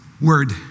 word